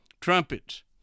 trumpets